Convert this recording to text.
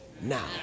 now